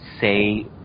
say